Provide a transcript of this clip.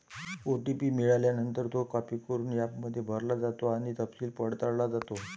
OTP मिळाल्यानंतर, तो copy करून ॲपमध्ये भरला जातो आणि तपशील पडताळला जातो